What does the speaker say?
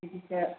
बिदिसो